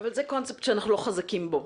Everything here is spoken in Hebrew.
אבל זה קונספט שאנחנו לא חזקים בו.